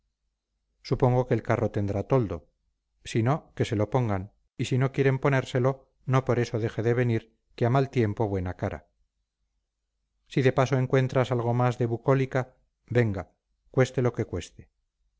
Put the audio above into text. supongo que el carro tendrá toldo si no que se lo pongan y si no quieren ponérselo no por eso deje de venir que a mal tiempo buena cara si de paso encuentras algo más de bucólica venga cueste lo que cueste